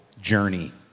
journey